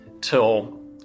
till